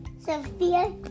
Sophia